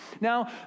Now